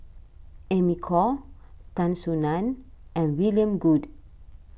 Amy Khor Tan Soo Nan and William Goode